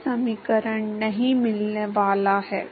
तो आप समाकलन निकाल सकते हैं